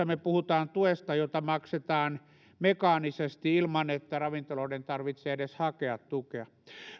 me puhumme tuesta jota maksetaan mekaanisesti ilman että ravintoloiden tarvitsee edes hakea tukea